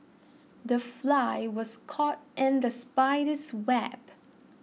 the fly was caught in the spider's web